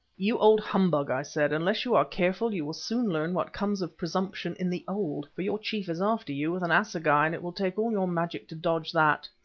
you old humbug, i said, unless you are careful you will soon learn what comes of presumption in the old, for your chief is after you with an assegai, and it will take all your magic to dodge that.